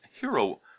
hero